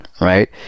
right